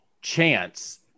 chance